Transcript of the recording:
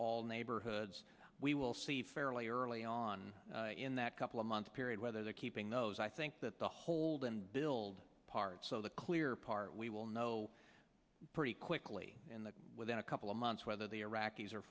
all neighborhoods we will see fairly early on in that couple of months period whether they're keeping those i think that the hold and build part so the clear part we will know pretty quickly within a couple of months whether the iraqis are